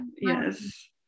yes